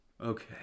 Okay